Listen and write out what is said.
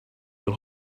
get